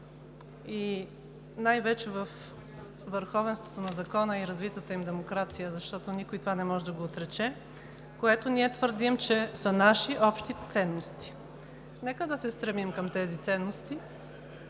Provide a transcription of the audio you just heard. и най-вече върховенството на закона и развитата им демокрация, защото никой това не може да го отрече, което ние твърдим, че са наши общи ценности. Нека да се стремим към тези ценности